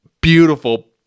beautiful